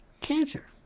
cancer